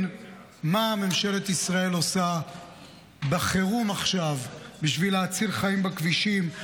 מה ממשלת ישראל עושה בחירום עכשיו בשביל להציל חיים בכבישים.